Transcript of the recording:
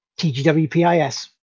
TGWPIS